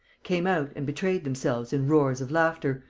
came out and betrayed themselves in roars of laughter,